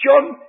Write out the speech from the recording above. John